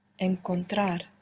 Encontrar